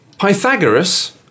Pythagoras